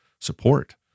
support